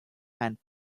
and